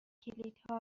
کلیدها